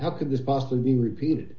how could this possibly repeated